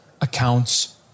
accounts